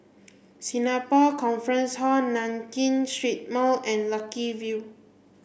Singapore Conference Hall Nankin Street Mall and Lucky View